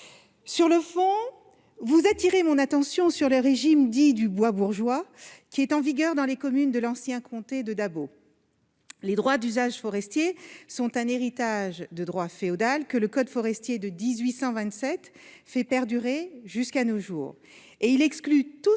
Sur le fond, vous attirez mon attention sur le régime dit du « bois bourgeois », qui est en vigueur dans les communes de l'ancien comté de Dabo. Les droits d'usage forestier sont un héritage du droit féodal, que le code forestier de 1827 fait perdurer jusqu'à nos jours,